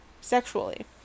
sexually